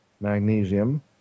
magnesium